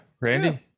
Randy